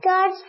God